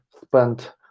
spent